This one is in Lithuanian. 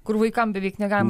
kur vaikam beveik negalima